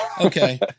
okay